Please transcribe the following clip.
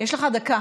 לך דקה